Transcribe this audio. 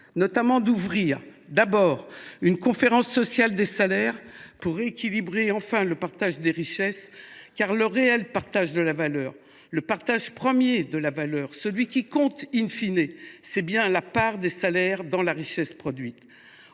fallu ouvrir une conférence sociale sur les salaires pour enfin rééquilibrer le partage des richesses, car le réel partage de la valeur, le partage premier de la valeur, celui qui compte, dépend de la part des salaires dans la richesse produite.